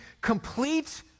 complete